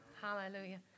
Hallelujah